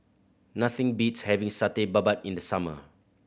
nothing beats having Satay Babat in the summer